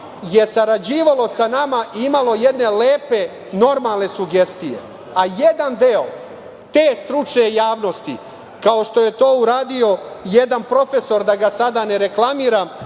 je sarađivalo sa nama i imalo jedne lepe, normalne sugestije. Jedan deo te stručne javnosti, kao što je to uradio jedan profesor, da ga sada ne reklamiram,